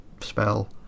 spell